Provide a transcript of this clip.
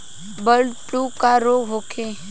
Bird flu का रोग होखे?